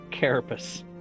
carapace